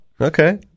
Okay